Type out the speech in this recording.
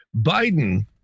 Biden